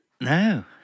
No